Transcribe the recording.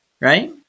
right